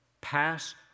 pass